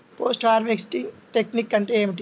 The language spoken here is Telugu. పోస్ట్ హార్వెస్టింగ్ టెక్నిక్ అంటే ఏమిటీ?